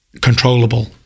controllable